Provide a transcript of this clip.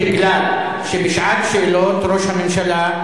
מפני שבשעת שאלות ראש הממשלה,